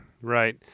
right